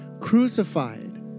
crucified